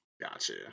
Gotcha